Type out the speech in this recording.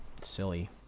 silly